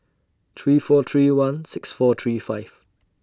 three four three one six four three five